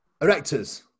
Erectors